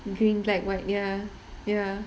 green black white ya ya